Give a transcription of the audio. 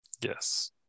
Yes